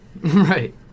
right